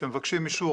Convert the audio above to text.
כשמבקשים אישור,